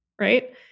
right